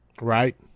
right